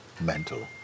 mental